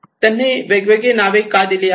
त्यांनी वेगवेगळी नावे का दिली आहेत